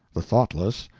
the thoughtless,